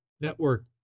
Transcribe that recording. network